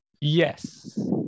Yes